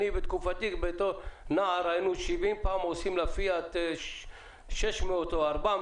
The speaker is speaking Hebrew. בתקופתי בתור נער היינו שבעים פעם עושים לפיאט 600 או 400